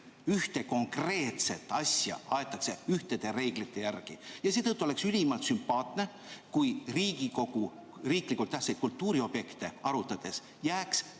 ühte konkreetset asja aetakse ühtede reeglite järgi, ja seetõttu oleks ülimalt sümpaatne, kui Riigikogu riiklikult tähtsaid kultuuriobjekte arutades jääks